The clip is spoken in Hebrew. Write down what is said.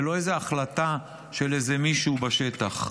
זו לא איזו החלטה של איזה מישהו בשטח,